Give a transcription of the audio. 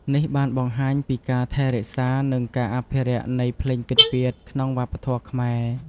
នេះបានបង្ហាញពីការថែរក្សា និងការអភិរក្សនៃភ្លេងពិណពាទ្យក្នុងវប្បធម៌ខ្មែរ។